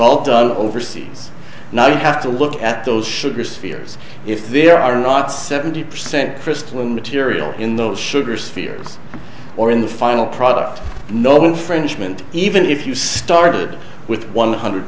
all done overseas now you have to look at those sugars fears if there are not seventy percent crystal material in those sugar spheres or in the final product no infringement even if you started with one hundred